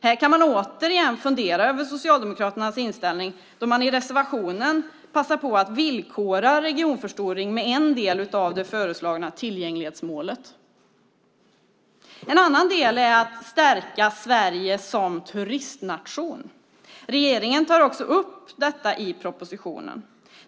Här kan man återigen fundera över Socialdemokraternas inställning då de i reservationen passar på att villkora regionförstoring med en del av det föreslagna tillgänglighetsmålet. En annan del är att stärka Sverige som turistnation. Regeringen tar också upp detta i propositionen.